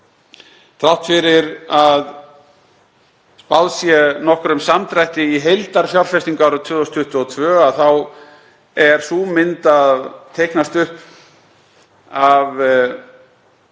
Þrátt fyrir að spáð sé nokkrum samdrætti í heildarfjárfestingu árið 2022 er sú mynd að teiknast upp, af